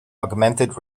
augmented